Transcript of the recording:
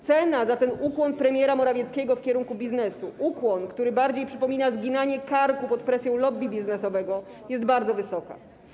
Cena za ten ukłon premiera Morawieckiego w kierunku biznesu, ukłon, który bardziej przypomina zginanie karku pod presją lobby biznesowego, jest bardzo wysoka.